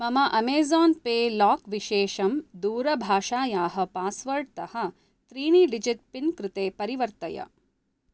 मम Amazon pay lock विशेषं दूरभाषायाः पास्वर्ड् तः त्रीणि ड्जिट् पिन् कृते परिवर्तय